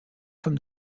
from